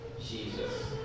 Jesus